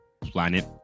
planet